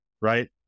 right